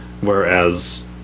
Whereas